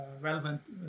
relevant